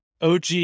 OG